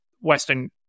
Western